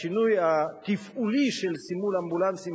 השינוי התפעולי של סימול אמבולנסים